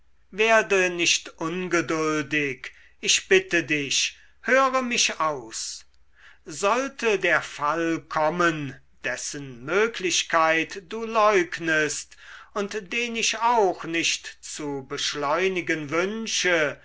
werde nicht ungeduldig ich bitte dich höre mich aus sollte der fall kommen dessen möglichkeit du leugnest und den ich auch nicht zu beschleunigen wünsche